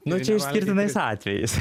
nu čia išskirtinais atvejais